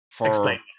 explain